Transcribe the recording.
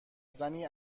زنی